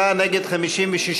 בעד, 37, נגד, 56,